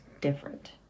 different